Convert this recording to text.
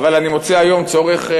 אבל אני מוצא היום צורך,